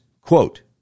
quote